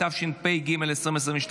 התשפ"ג 2022,